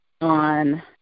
on